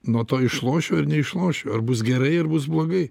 nuo to išlošiu ar neišlošiu ar bus gerai ar bus blogai